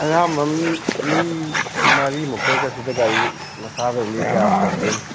ꯑꯌꯥꯝꯕ ꯃꯤ ꯃꯔꯤꯃꯨꯛꯇꯪ ꯆꯠꯁꯤꯗ ꯒꯥꯔꯤ ꯃꯆꯥꯗꯕꯨ ꯃꯤ ꯀꯌꯥꯝ ꯆꯟꯗꯣꯏꯅꯣ